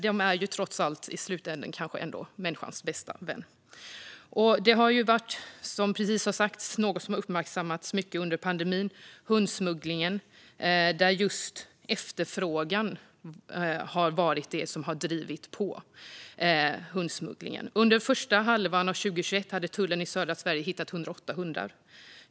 De är trots allt i slutändan människans bästa vän. Precis som har sagts är hundsmuggling något som har uppmärksammats under pandemin, och det är efterfrågan som har drivit på. Under första halvan av 2021 hade tullen i södra Sverige hittat 108 hundar.